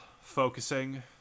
focusing